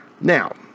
Now